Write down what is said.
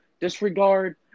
Disregard